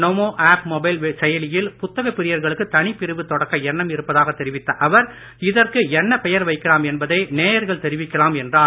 நமோ app mobile செயலியில் புத்தக பிரியர்களுக்கு தனிப்பிரிவு தொடக்க எண்ணம் இருப்பதாகத் தெரிவித்த அவர் இதற்கு என்ன பெயர் வைக்கலாம் என்பதை நேயர்கள் தெரிவிக்கலாம் என்றார்